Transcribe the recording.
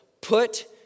put